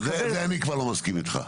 בזה אני לא מסכים איתך.